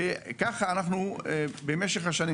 וככה אנחנו צריכים לעשות במשך השנים.